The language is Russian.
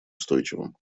устойчивым